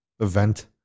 event